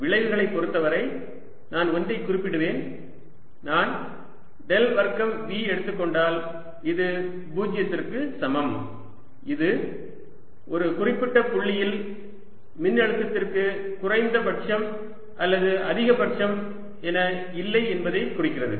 விளைவுகளைப் பொறுத்தவரை நான் ஒன்றை குறிப்பிடுவேன் நான் டெல் வர்க்கம் V எடுத்துக் கொண்டால் இது 0 க்கு சமம் இது ஒரு குறிப்பிட்ட புள்ளியில் மின்னழுத்தத்திற்கு குறைந்தபட்சம் அல்லது அதிகபட்சம் என இல்லை என்பதை குறிக்கிறது